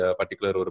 particular